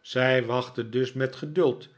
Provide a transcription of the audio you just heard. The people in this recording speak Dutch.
zij wachtte dus met geduld